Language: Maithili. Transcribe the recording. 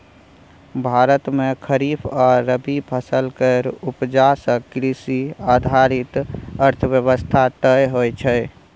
भारत मे खरीफ आ रबी फसल केर उपजा सँ कृषि आधारित अर्थव्यवस्था तय होइ छै